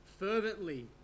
fervently